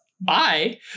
bye